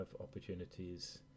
opportunities